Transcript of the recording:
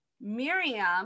Miriam